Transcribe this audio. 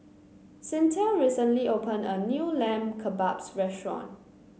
Cyntha recently opened a new Lamb Kebabs restaurant